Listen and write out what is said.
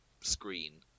screen